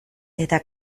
eta